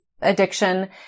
addiction